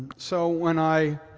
so when i